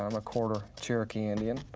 um a quarter cherokee indian